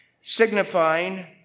signifying